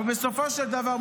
ובסופו של דבר,